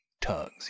tugs